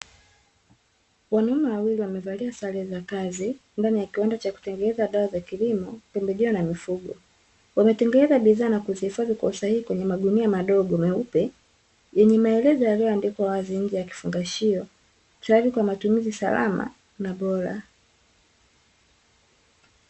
Wanaume wawili wamevalia sare za kazi ndani ya kiwanda cha kutengeneza dawa za kilimo, pembejeo na mifugo. Wametengeneza bidhaa na kudhihifadhi kwenye magunia madogo meupe yenye maelezo yaliyoandikwa wazi nje ya kifungashio, tayari kwa matumizi salama na bora.